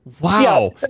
wow